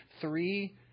three